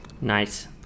Nice